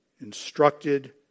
instructed